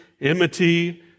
enmity